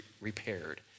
repaired